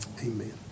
amen